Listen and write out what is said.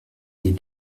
des